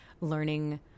learning